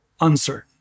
uncertain